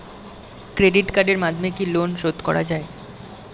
Credit কার্ডের মাধ্যমে কি লোন শোধ করা যায়?